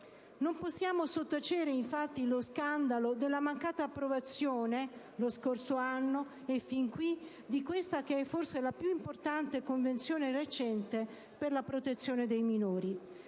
Non possiamo sottacere infatti lo scandalo della mancata approvazione lo scorso anno e fin qui di questa che è forse la più importante Convenzione recente per la protezione dei minori.